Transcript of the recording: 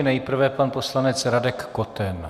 Nejprve pan poslanec Radek Koten.